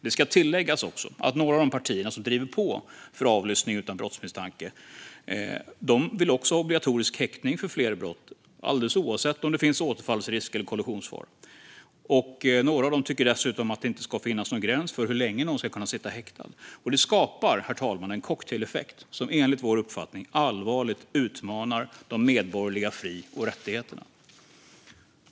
Det ska också tilläggas att några av de partier som driver på för avlyssning utan brottsmisstanke också vill ha obligatorisk häktning för flera brott, alldeles oavsett om det finns återfallsrisk eller kollusionsfara. Några av dem tycker dessutom att det inte ska finnas någon gräns för hur länge någon ska kunna sitta häktad. Det skapar, herr talman, en cocktaileffekt som enligt vår uppfattning allvarligt utmanar de medborgerliga fri och rättigheterna.